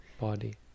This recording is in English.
Body